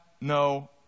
no